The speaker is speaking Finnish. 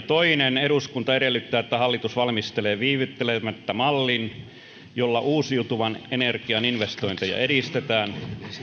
toinen eduskunta edellyttää että hallitus valmistelee viivytyksettä mallin jolla uusiutuvan energian investointeja edistetään